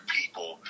people